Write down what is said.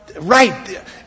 Right